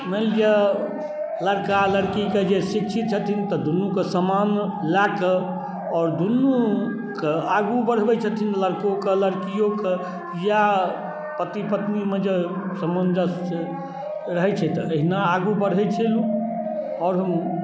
मानि लिऽ लड़िका लड़कीके जे शिक्षित छथिन तऽ दुनूके समान लए कऽ आओर दुनूके आगू बढ़बै छथिन लड़कोके लड़कियोके या पति पत्नीमे जे सामञ्जस्य छै रहै छै तऽ अहिना आगू बढ़ै छै आओर हम